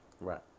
Right